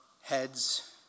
heads